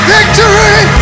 Victory